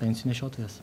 pensijų nešiotojas